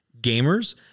gamers